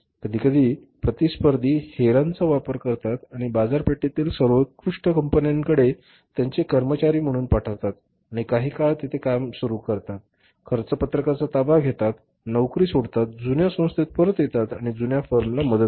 कधीकधी प्रतिस्पर्धी हेरांचा वापर करतात किंवा बाजारपेठेतील सर्वोत्कृष्ट कंपन्यांकडे त्यांचे कर्मचारी म्हणून पाठवितात आणि काही काळ तेथे काम सुरू करतात खर्चपत्रकाचा ताबा घेतात नोकरी सोडतात जुन्या संस्थेत परत येतात आणि जुन्या फर्मला मदत करतात